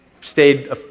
stayed